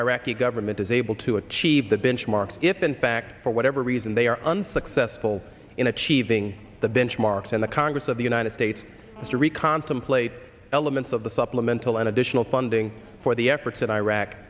iraqi government is able to achieve that benchmark if in fact for whatever reason they are unsuccessful in achieving the benchmarks and the congress of the united states history contemplate elements of the supplemental and additional funding for the efforts that iraq